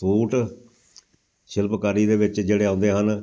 suit ਸ਼ਿਲਪਕਾਰੀ ਦੇ ਵਿੱਚ ਜਿਹੜੇ ਆਉਂਦੇ ਹਨ